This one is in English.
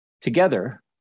Together